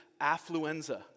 affluenza